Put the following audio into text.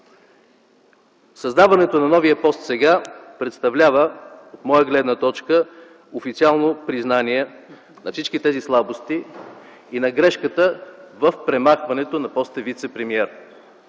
създаването на новия пост сега представлява официално признание на всички тези слабости и на грешката с премахването на поста вицепремиер,